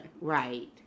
Right